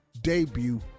debut